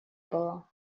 было